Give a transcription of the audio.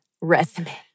resume